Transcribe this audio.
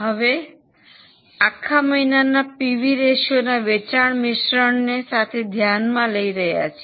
હવે અમે આખા મહિનાના પીવી રેશિયોને વેચાણના મિશ્રણ સાથે ધ્યાનમાં લઈ રહ્યા છીએ